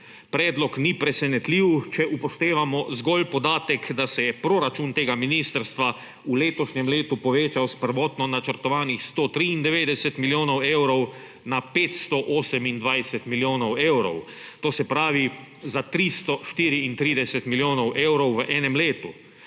Predlog ni presenetljiv, če upoštevamo zgolj podatek, da se je proračun tega ministrstva v letošnjem letu povečal s prvotno načrtovanih 193 milijonov evrov na 528 milijonov evrov, to se pravi za 334 milijonov evrov v enem letu,